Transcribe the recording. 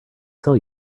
sell